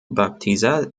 baptisa